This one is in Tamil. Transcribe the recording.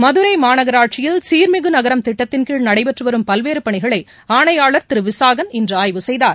மதுரை மாநகராட்சியில் சீர்மிகு நகரம் திட்டத்தின்கீழ் நடைபெற்று வரும் பல்வேறு பணிகளை ஆணையாளர் திரு விசாகன் இன்று ஆய்வு செய்தார்